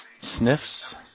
sniffs